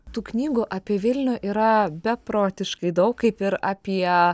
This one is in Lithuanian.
tų knygų apie vilnių yra beprotiškai daug kaip ir apie